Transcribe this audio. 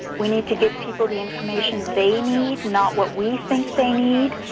we need to give people the information they need, not what we think they need,